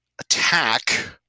attack